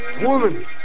Woman